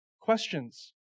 questions